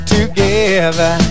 Together